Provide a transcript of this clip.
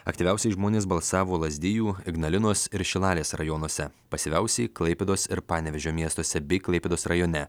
aktyviausiai žmonės balsavo lazdijų ignalinos ir šilalės rajonuose pasyviausiai klaipėdos ir panevėžio miestuose bei klaipėdos rajone